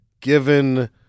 Given